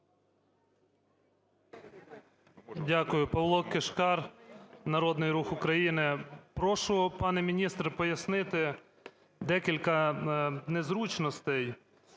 Дякую. Павло Кишкар, "Народний рух України". Прошу, пане міністре, пояснити декілька незручностей